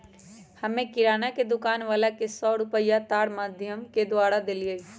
हम्मे किराना के दुकान वाला के सौ रुपईया तार माधियम के द्वारा देलीयी